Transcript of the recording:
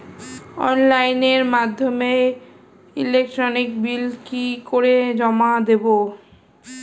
অনলাইনের মাধ্যমে electric bill কি করে জমা দেবো?